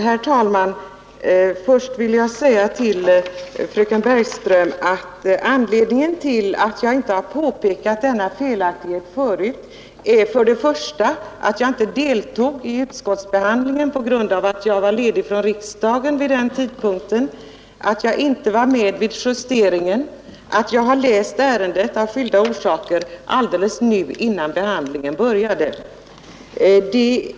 Herr talman! Först vill jag säga till fröken Bergström att anledningen till att jag inte har påpekat denna felaktighet tidigare är att jag inte deltog i utskottsbehandlingen på grund av att jag var ledig från riksdagen vid den tidpunkten, att jag inte var med vid justeringen och att jag av skilda orsaker har läst ärendet alldeles innan behandlingen i